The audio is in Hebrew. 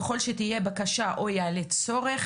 ככל שתהיה בקשה או יעלה צורך,